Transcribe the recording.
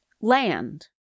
land